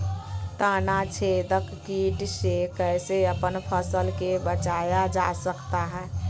तनाछेदक किट से कैसे अपन फसल के बचाया जा सकता हैं?